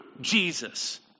Jesus